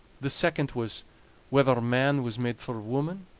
the second was whether man was made for woman,